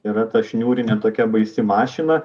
yra ta šniūrinė tokia baisi mašina